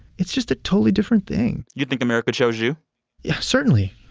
it's just a totally different thing you think america chose you yeah certainly,